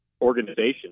organization